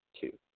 two